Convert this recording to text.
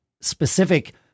specific